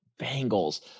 Bengals